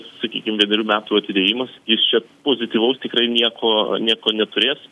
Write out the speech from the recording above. sakykim vienerių metų atidėjimas jis čia pozityvaus tikrai nieko nieko neturės